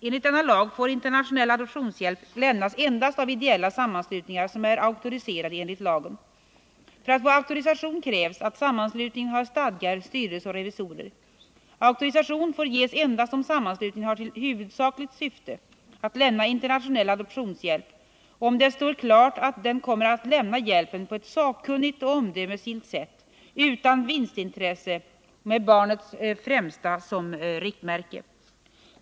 Enligt denna lag får internationell adoptionshjälp lämnas endast av ideella sammanslutningar som är auktoriserade enligt lagen. För att få auktorisation krävs att sammanslutningen har stadgar, styrelse och revisorer. Auktorisation får ges endast om sammanslutningen har till huvudsakligt syfte att lämna internationell adoptionshjälp och om det står klart att den kommer att lämna hjälpen på ett sakkunnigt och omdömesgillt sätt, utan vinstintresse och med barnens bästa som främsta riktmärke.